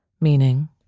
meaning